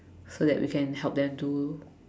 so that we can help them to